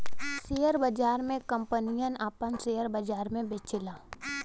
share बाजार मे कंपनियन आपन सेअर बाजार मे बेचेला